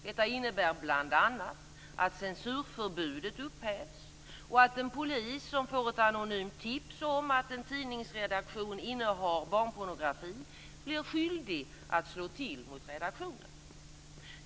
Detta innebär bl.a. att censurförbudet upphävs och att en polis som får ett anonymt tips om att en tidningsredaktion innehar barnpornografi blir skyldig att slå till mot redaktionen.